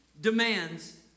demands